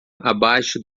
abaixo